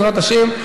בעזרת השם,